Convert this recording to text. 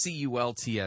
CULTS